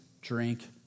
drink